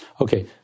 Okay